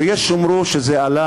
ויש יאמרו שזה עלה,